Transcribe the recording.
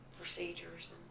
procedures